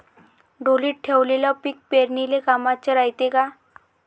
ढोलीत ठेवलेलं पीक पेरनीले कामाचं रायते का?